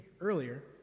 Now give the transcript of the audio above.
earlier